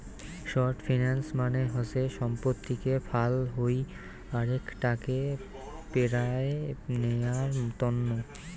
short finance মানে হসে সম্পত্তিকে ফাল হই আরেক টাকে পেরায় নেয়ার তন্ন